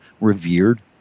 revered